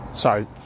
Sorry